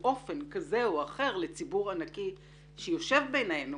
אופן כזה או אחר לציבור ענקי שיושב בינינו.